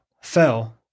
fell